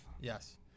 Yes